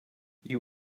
you